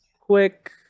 Quick